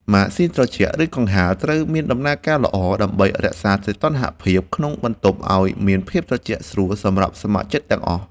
ម៉ាស៊ីនត្រជាក់ ឬកង្ហារ ត្រូវមានដំណើរការល្អ ដើម្បីរក្សាសីតុណ្ហភាពក្នុងបន្ទប់ឱ្យមានភាពត្រជាក់ស្រួលសម្រាប់សមាជិកទាំងអស់។